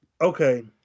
Okay